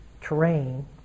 terrain